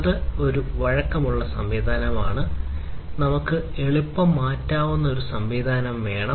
ഇത് ഒരു വഴക്കമുള്ള സംവിധാനമാണ് നമുക്ക് എളുപ്പം മാറ്റാവുന്ന ഒരു സംവിധാനം വേണം